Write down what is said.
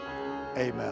amen